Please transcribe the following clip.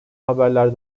haberler